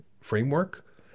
framework